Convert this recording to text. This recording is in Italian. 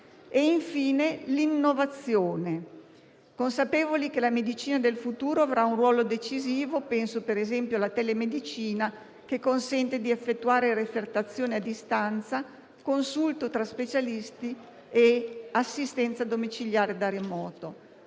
infine, l'innovazione, consapevoli che la medicina del futuro avrà un ruolo decisivo. Penso - per esempio - alla telemedicina, che consente di effettuare refertazione a distanza, consulto tra specialisti e assistenza domiciliare da remoto.